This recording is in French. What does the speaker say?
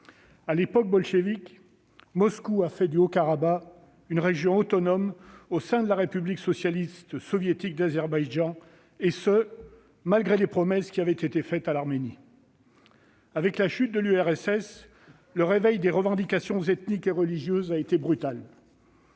À l'époque bolchevique, Moscou a fait du Haut-Karabagh une région autonome au sein de la République socialiste soviétique d'Azerbaïdjan, et ce malgré les promesses qui avaient été faites à l'Arménie. Avec la chute de l'URSS, le réveil des revendications ethniques et religieuses a été brutal.